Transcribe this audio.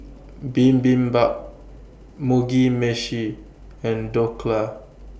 Bibimbap Mugi Meshi and Dhokla